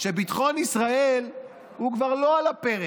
שביטחון ישראל הוא כבר לא על הפרק,